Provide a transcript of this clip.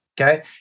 okay